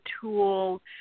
tool